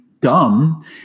dumb –